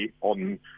on